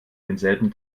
denselben